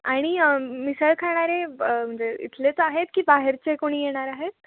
आणि मिसळ खाणारे म्हणजे इथलेच आहेत की बाहेरचे कोणी येणार आहेत